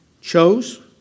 chose